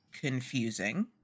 confusing